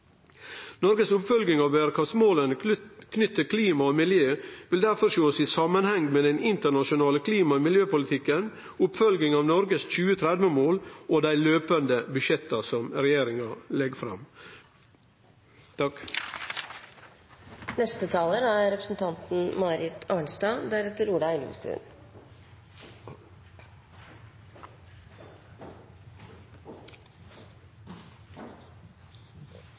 Noregs oppfølging av berekraftsmåla knytt til klima og miljø vil derfor sjåast i samanheng med den internasjonale klima- og miljøpolitikken, oppfølginga av Noregs 2030-mål og dei løpande budsjetta som regjeringa legg fram. Jeg tror vi alle sammen er